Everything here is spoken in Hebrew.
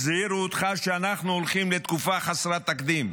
הזהירו אותך שאנחנו הולכים לתקופה חסרת תקדים.